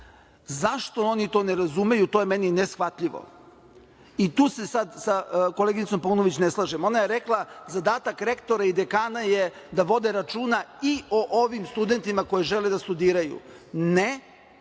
Zašto oni to ne razumeju, to je meni neshvatljivo, i tu se sad sa koleginicom Paunović ne slažem. Ona je rekla – zadatak rektora i dekana je da vode računa i o ovim studentima koji žele da studiraju. Ne,